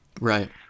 Right